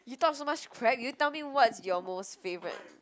you talk so much crap you tell me what's your most favorite